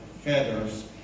feathers